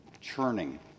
churning